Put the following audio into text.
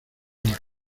las